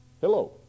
Hello